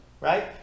right